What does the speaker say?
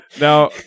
Now